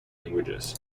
languages